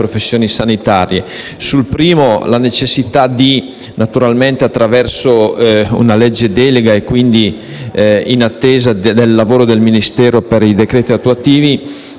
il primo punto, naturalmente attraverso una legge delega e quindi in attesa del lavoro del Ministero per i decreti attuativi,